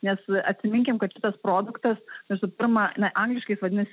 nes atsiminkim kad kitas produktas visų pirma na angliškai vadinasi